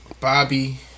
Bobby